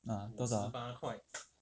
ah 多少